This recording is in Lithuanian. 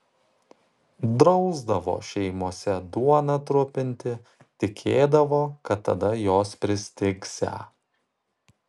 drausdavo šeimose duoną trupinti tikėdavo kad tada jos pristigsią